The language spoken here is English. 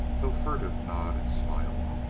though furtive, nod and smile.